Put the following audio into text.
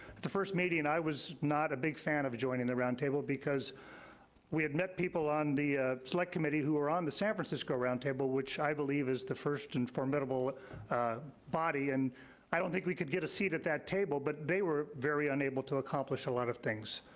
at the first meeting, and i was not a big fan of joining the roundtable because we had met people on the select committee who were on the san francisco roundtable, which i believe is the first and formidable body, and i don't think we could get a seat at that table, but they were very unable to accomplish a lot of things,